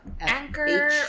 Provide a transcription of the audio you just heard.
Anchor